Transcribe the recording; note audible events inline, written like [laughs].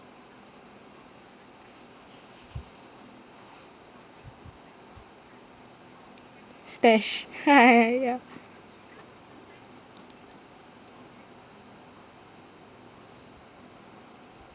stash [laughs] ya